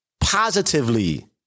positively